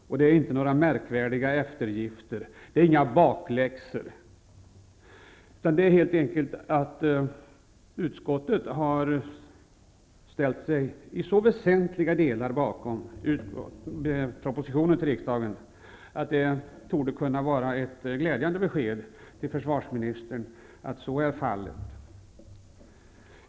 Och det är inte några märkvärdiga eftergifter, det är inga bakläxor, utan utskottet har helt enkelt ställt sig i så väsentliga delar bakom propositionen till riksdagen att försvarsministern torde kunna uppfatta utskottets ställningstagande som ett glädjande besked.